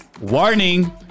Warning